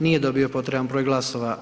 Nije dobio potreban broj glasova.